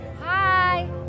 Hi